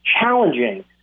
challenging